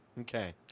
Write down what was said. Okay